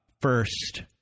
first